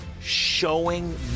showing